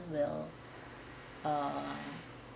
will uh